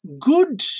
good